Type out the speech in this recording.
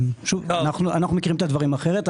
אנחנו מכירים את הדברים אחרת.